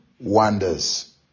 Wonders